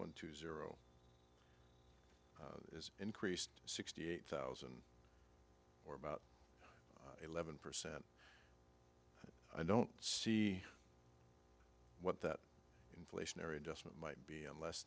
one two zero is increased sixty eight thousand or about eleven percent i don't see what that inflationary adjustment might be unless